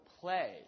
play